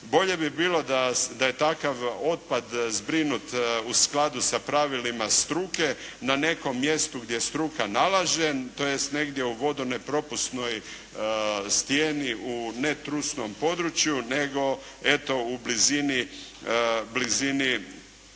Bolje bi bilo da je takav otpad zbrinut u skladu sa pravilima struke na nekom mjestu gdje struka nalaže tj. negdje u vodonepropusnoj stijeni, u netrusnom području nego eto u blizini najveće